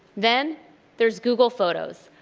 then there's google photos,